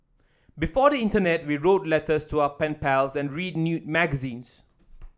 before the internet we wrote letters to our pen pals and read new magazines